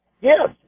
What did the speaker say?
Yes